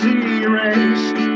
erased